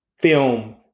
film